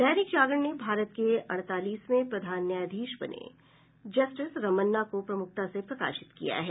दैनिक जागरण ने भारत के अड़तालीसवें प्रधान न्यायाधीश बने जस्टिस रमन्ना को प्रमुखता से प्रकाशित किया है